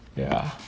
ya